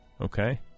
Okay